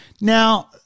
now